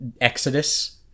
Exodus